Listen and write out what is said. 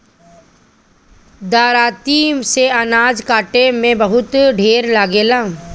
दराँती से अनाज काटे में समय बहुत ढेर लागेला